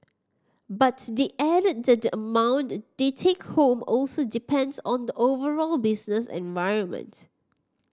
but they added that the amount they take home also depends on the overall business environment